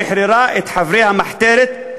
שחררה את חברי המחתרת,